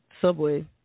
subway